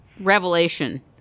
revelation